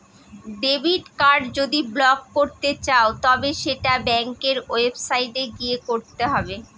debit card যদি block করতে চাও তবে সেটা ব্যাঙ্কের ওয়েবসাইটে গিয়ে করতে হবে